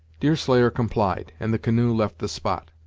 deerslayer complied, and the canoe left the spot.